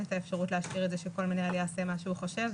את האפשרות להשאיר את זה שכל מנהל יעשה מה שהוא חושב.